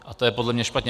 A to je podle mě špatně.